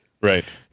Right